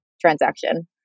transaction